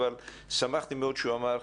אבל שמחתי מאוד שהוא אמר,